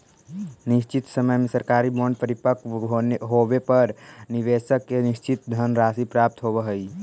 निश्चित समय में सरकारी बॉन्ड परिपक्व होवे पर निवेशक के निश्चित धनराशि प्राप्त होवऽ हइ